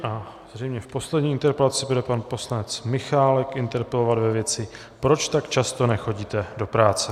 A zřejmě poslední interpelací bude poslanec Michálek interpelovat ve věci: proč tak často nechodíte do práce?